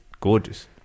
Gorgeous